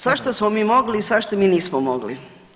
Svašta smo mi mogli i svašta mi nismo mogli.